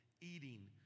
eating